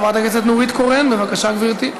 חברת הכנסת נורית קורן, בבקשה, גברתי.